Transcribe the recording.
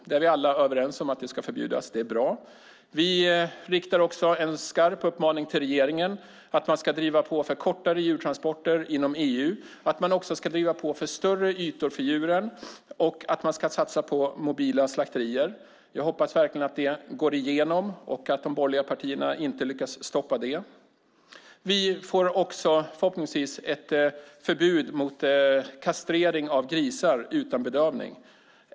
Vi är alla överens om att det ska förbjudas, och det är bra. Vi riktar också en skarp uppmaning till regeringen att man ska driva på för kortare djurtransporter inom EU, att man ska driva på för större ytor för djuren och att man ska satsa på mobila slakterier. Jag hoppas verkligen att det går igenom och att de borgerliga partierna inte lyckas stoppa det. Vi får också förhoppningsvis ett förbud mot kastrering av grisar utan bedövning.